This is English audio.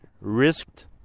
risked